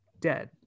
dead